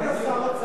היית שר האוצר,